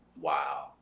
Wow